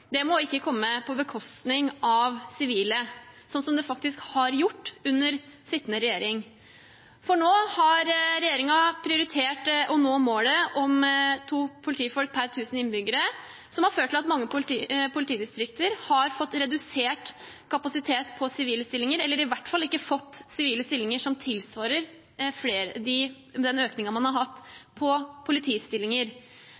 politifolk må ikke komme på bekostning av sivile, slik som det faktisk har gjort under sittende regjering. Nå har regjeringen prioritert å nå målet om to politifolk per tusen innbyggere, som har ført til at mange politidistrikter har fått redusert kapasitet på sivile stillinger, eller i hvert fall ikke fått sivile stillinger som tilsvarer den økningen man har